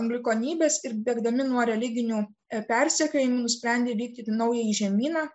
anglikonybės ir bėgdami nuo religinių persekiojimų nusprendė vykti į naująjį žemyną